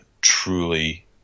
truly